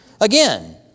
Again